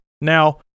Now